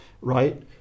right